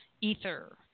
Ether